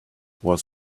was